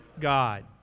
God